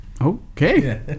Okay